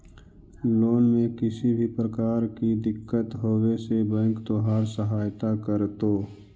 loan में किसी भी प्रकार की दिक्कत होवे से बैंक तोहार सहायता करतो